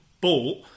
bought